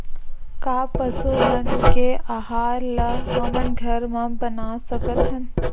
का पशु मन के आहार ला हमन घर मा बना सकथन?